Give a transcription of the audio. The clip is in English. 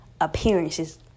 appearances